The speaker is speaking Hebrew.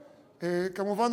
כמובן,